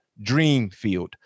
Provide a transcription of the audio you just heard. Dreamfield